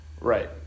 Right